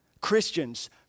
Christians